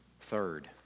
Third